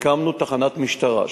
הקמנו בלוינסקי תחנת משטרה.